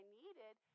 needed